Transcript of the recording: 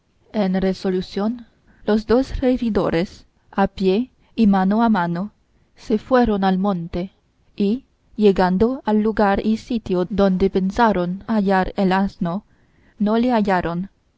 resolución los dos regidores a pie y mano a mano se fueron al monte y llegando al lugar y sitio donde pensaron hallar el asno no le hallaron